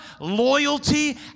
loyalty